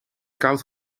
koud